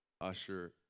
usher